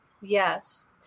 Yes